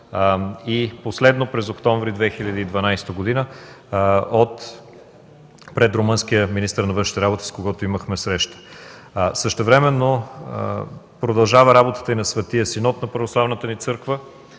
– последно през октомври 2012 г., пред румънския министър на външните работи, с когото имахме среща. Същевременно продължава и работата на Светия синод на православната ни църква